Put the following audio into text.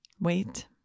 Wait